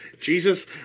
Jesus